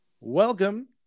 Welcome